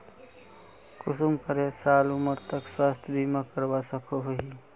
कुंसम करे साल उमर तक स्वास्थ्य बीमा करवा सकोहो ही?